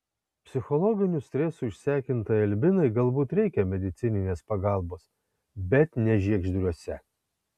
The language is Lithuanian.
psichologinių stresų išsekintai albinai galbūt reikia medicininės pagalbos bet ne žiegždriuose